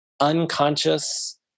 unconscious